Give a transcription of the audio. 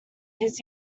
his